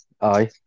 Aye